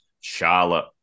Charlotte